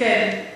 כן.